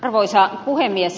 arvoisa puhemies